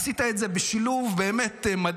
איך עשית וחשבת על מאיץ החלקיקים?